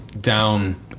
down